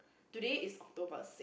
today is October